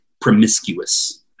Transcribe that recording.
promiscuous